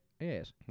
Yes